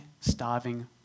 starving